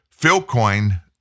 Philcoin